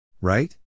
Right